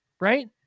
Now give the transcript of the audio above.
right